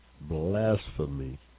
blasphemy